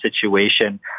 situation